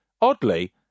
oddly